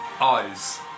Eyes